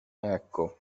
ecco